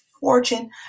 fortune